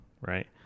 right